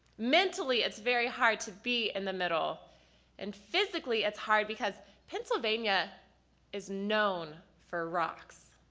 mentally it's very hard to be in the middle and physically it's hard because pennsylvania is known for rocks.